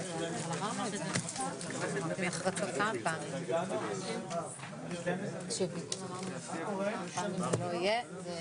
ננעלה בשעה 11:48.